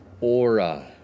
aura